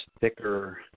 thicker